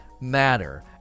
matter